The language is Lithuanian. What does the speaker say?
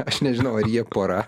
aš nežinau ar jie pora